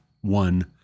one